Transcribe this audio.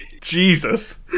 Jesus